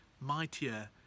mightier